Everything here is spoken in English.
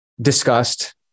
discussed